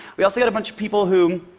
we also got a bunch of people who,